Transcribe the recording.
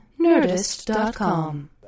Nerdist.com